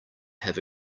have